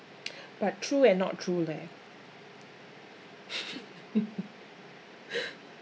but true and not true leh